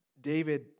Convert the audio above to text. David